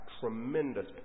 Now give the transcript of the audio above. tremendous